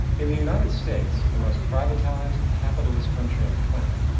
in the united states, the most privatised, capitalist country on the planet,